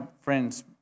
friends